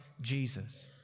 Jesus